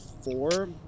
four